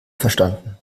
verstanden